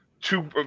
two